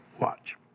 Watch